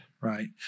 right